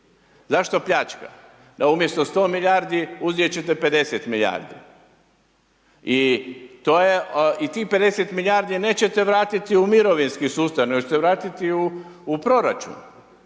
Zašto pljačka? Umjesto 100 milijardi, uzeti ćete 50 milijardi. I tih 50 milijardi nećete vratiti u mirovinski sustav, nego ćete vratiti u proračun